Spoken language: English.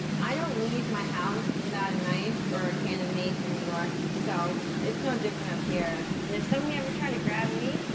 i don't leave my house without a knife or a can of mace in new york, so it's no different up here. and if somebody ever tried to grab me,